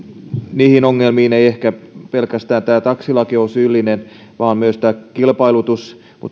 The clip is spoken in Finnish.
niihin ongelmiin ei nyt ehkä pelkästään tämä taksilaki ole syyllinen vaan myös tämä kilpailutus